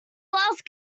blouse